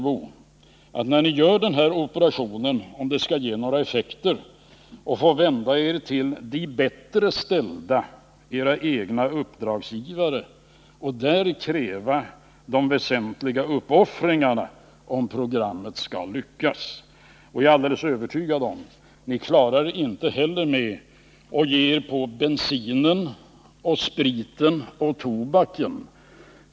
Ni kommer, herr Mundebo, om den operationen skall ge några effekter och programmet lyckas, att få vända er till de bättre ställda — era egna uppdragsgivare — och av dem kräva de väsentliga uppoffringarna. Jag är alldeles övertygad om att ni inte heller klarar er med att ge er på bensinen, spriten och tobaken.